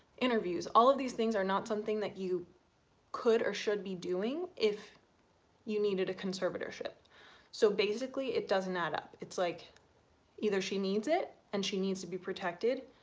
interviews, all of these things are not something that you could or should be doing if you needed a conservatorship so basically it doesn't add up it's like either she needs it and she needs to be protected